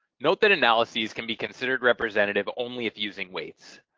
note that analyses can be considered representative only if using weights.